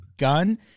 gun